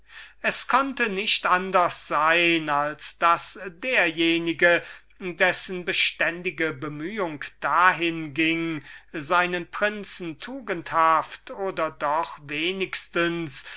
es konnte nicht anders sein als daß derjenige dessen beständige bemühung dahin ging seinen prinzen tugendhaft oder doch wenigstens